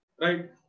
Right